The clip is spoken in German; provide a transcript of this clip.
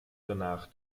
danach